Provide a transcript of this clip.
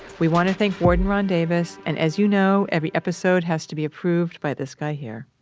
we want to thank warden ron davis. and as you know, every episode has to be approved by this guy here